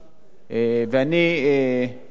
המשרד,